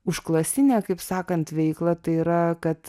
užklasinę kaip sakant veiklą tai yra kad